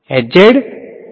વિદ્યાર્થી